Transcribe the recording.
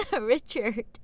Richard